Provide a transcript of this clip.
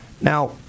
Now